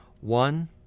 One